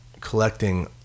collecting